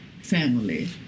Family